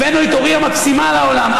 הבאנו את אורי המקסימה לעולם.